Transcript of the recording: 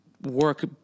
work